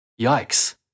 Yikes